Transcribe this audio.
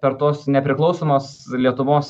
per tos nepriklausomos lietuvos